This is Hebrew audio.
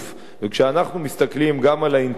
וכשאנחנו מסתכלים גם על האינטרס